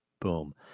boom